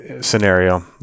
scenario